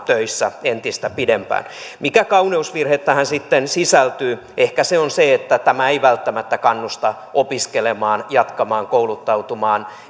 töissä entistä pidempään mikä kauneusvirhe tähän sitten sisältyy ehkä se on se että tämä ei välttämättä kannusta opiskelemaan jatkamaan kouluttautumista